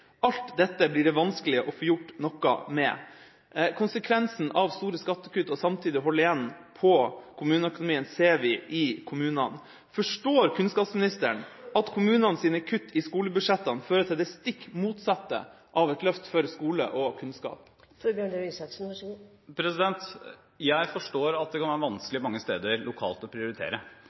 Alt dette blir det vanskelig å få gjort noe med Konsekvensen av store skattekutt og samtidig å holde igjen på kommuneøkonomien ser vi i kommunene. Forstår kunnskapsministeren at kommunenes kutt i skolebudsjettene fører til det stikk motsatte av et løft for skole og kunnskap? Jeg forstår at det kan være vanskelig mange steder lokalt å prioritere.